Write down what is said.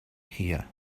here